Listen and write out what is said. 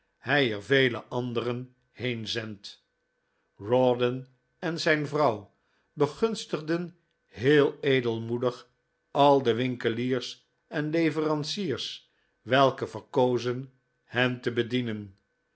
hij er vele anderen been zendt rawdon en zijn vrouw begunstigden heel edelmoedig al de winkeliers en leveranciers welke verkozen hen te bedienen